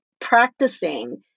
practicing